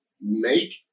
make